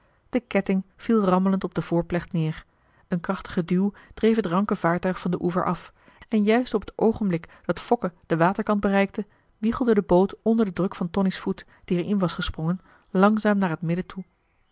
de ketting viel rammelend op de voorplecht neer een krachtige duw dreef het ranke vaartuig van den oever af en juist op het oogenblik dat fokke den waterkant bereikte wiegelde de boot onder den druk van tonie's voet die er in was gesprongen langzaam naar het midden toe